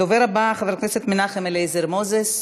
הדובר הבא, חבר הכנסת מנחם אליעזר מוזס.